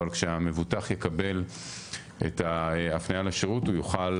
אבל כשהמבוטח יקבל את ההפניה לשירות הוא יוכל